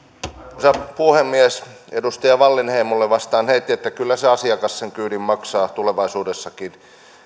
arvoisa puhemies edustaja wallinheimolle vastaan heti kyllä se asiakas sen kyydin maksaa tulevaisuudessakin